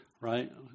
right